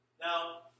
Now